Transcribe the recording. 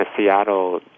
Seattle